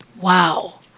Wow